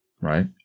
right